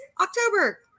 October